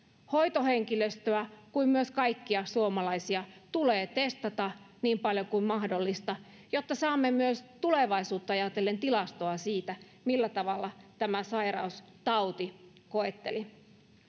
hoitohenkilöstöä kuin myös kaikkia suomalaisia tulee testata niin paljon kuin mahdollista jotta saamme myös tulevaisuutta ajatellen tilastoa siitä millä tavalla tämä sairaus tauti koetteli